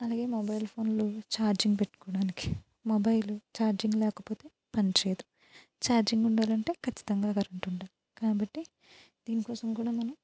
అలాగే మొబైల్ ఫోన్లు చార్జింగ్ పెట్టుకోవడానికి మొబైలు ఛార్జింగ్ లేకపోతే పని చేయదు చార్జింగ్ ఉండాలంటే ఖచ్చితంగా కరెంట్ ఉండాలి కాబట్టి దీని కోసం కూడా మనం